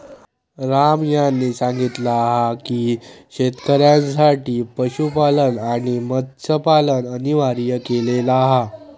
राम यांनी सांगितला हा की शेतकऱ्यांसाठी पशुपालन आणि मत्स्यपालन अनिवार्य केलेला हा